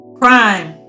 crime